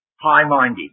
High-minded